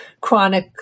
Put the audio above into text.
chronic